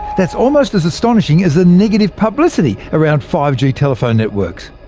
that's almost as astonishing as the negative publicity around five g telephone networks!